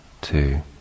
two